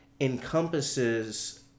encompasses